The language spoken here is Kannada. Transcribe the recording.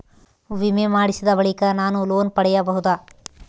ವಿಮೆ ಮಾಡಿಸಿದ ಬಳಿಕ ನಾನು ಲೋನ್ ಪಡೆಯಬಹುದಾ?